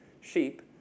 Sheep